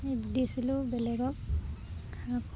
দিছিলোঁ বেলেগক